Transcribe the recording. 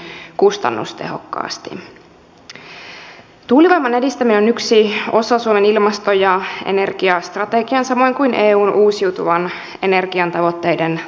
tuulivoiman edistäminen on yksi osa suomen ilmasto ja energiastrategiaa samoin kuin eun uusiutuvan energian tavoitteiden toteuttamista